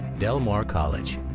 del mar college,